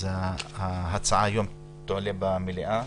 ההצעה תועלה היום למליאה